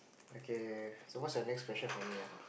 okay so what's your next question for me ah